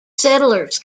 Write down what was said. settlers